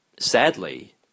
sadly